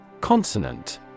Consonant